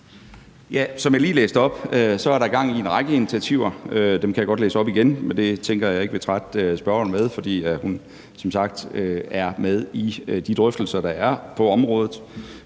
Som jeg lige læste op, er der gang i en række initiativer. Dem kan jeg godt læse op igen, men det tænker jeg at jeg ikke vil trætte spørgeren med, fordi hun som sagt er med i de drøftelser, der er på området.